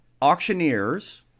Auctioneers